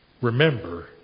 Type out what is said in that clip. remember